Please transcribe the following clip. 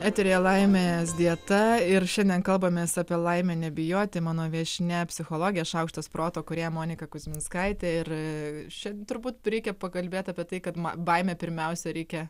eteryje laimės dieta ir šiandien kalbamės apie laimę nebijoti mano viešnia psichologė šaukštas proto kūrėja monika kuzminskaitė ir šiandien turbūt reikia pakalbėt apie tai kad ma baimę pirmiausia reikia